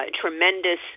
tremendous